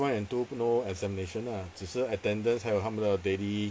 primary one and two no examination lah 只是 attendance 还有他们的 daily